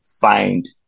find